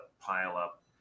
pile-up